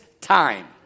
time